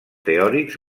teòrics